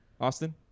austin